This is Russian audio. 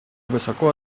высоко